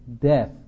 death